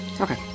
Okay